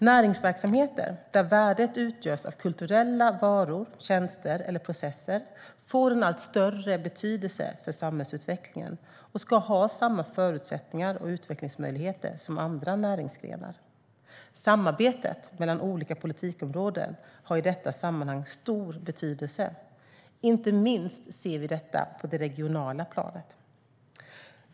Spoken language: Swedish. Näringsverksamheter där värdet utgörs av kulturella varor, tjänster eller processer får en allt större betydelse för samhällsutvecklingen och ska ha samma förutsättningar och utvecklingsmöjligheter som andra näringsgrenar. Samarbetet mellan olika politikområden har i detta sammanhang stor betydelse, inte minst ser vi detta på det regionala planet.